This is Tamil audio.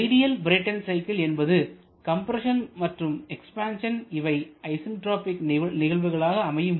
ஐடியல் பிரேட்டன் சைக்கிள் என்பது கம்ப்ரஸன் மற்றும் எக்ஸ்பான்சன் இவை ஐசன்ட்ராபிக் நிகழ்வுகளாக அமையும்